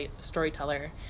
storyteller